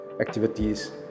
activities